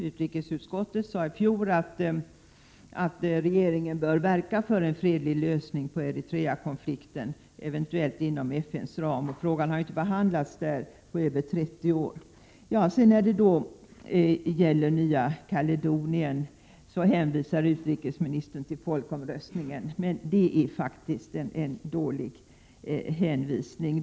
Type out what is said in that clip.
Utrikesutskottet sade i fjol att regeringen bör verka för en fredlig lösning på Eritreakonflikten, eventuellt inom FN:s ram — frågan har inte behandlats där på över 30 år. När det gäller Nya Kaledonien hänvisar utrikesministern till folkomröstningen. Men det är faktiskt en dålig hänvisning.